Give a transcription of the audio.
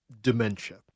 dementia